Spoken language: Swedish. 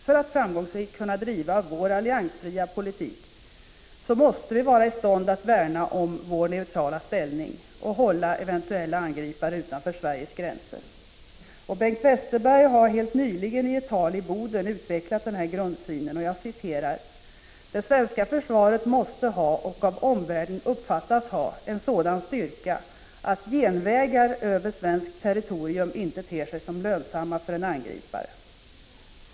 För att framgångsrikt kunna driva vår alliansfria politik måste vi vara i stånd att värna om vår neutrala ställning och hålla eventuella angripare utanför Sveriges gränser. Bengt Westerberg har helt nyligen i ett tal i Boden utvecklat denna grundsyn: ”Det svenska försvaret måste ha — och av omvärlden uppfattas ha — en sådan styrka att genvägar över svenskt territorium inte ter sig som lönsamma för en angripare.